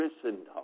christendom